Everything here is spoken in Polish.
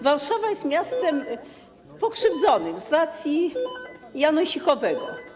Warszawa jest miastem pokrzywdzonym z racji janosikowego.